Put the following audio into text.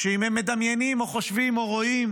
שאם הם מדמיינים או חושבים או רואים